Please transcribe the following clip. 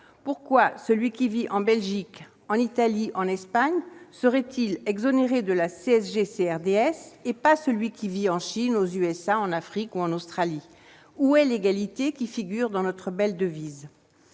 Pourquoi celui qui vit en Belgique, en Italie ou en Espagne serait-il exonéré de la CSG-CRDS, et pas celui qui vit en Chine, aux États-Unis, en Afrique ou en Australie ? Où est l'« égalité » qui figure dans notre belle devise ?